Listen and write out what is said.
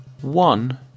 one